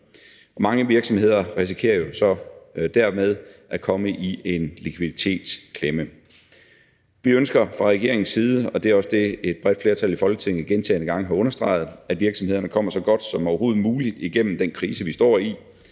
Mange virksomheder risikerer jo så dermed at komme i en likviditetsklemme. Vi ønsker fra regeringens side, og det er også det, et bredt flertal i Folketinget gentagne gange har understreget, at virksomhederne kommer så godt som overhovedet muligt igennem den krise, vi står i,